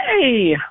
Hey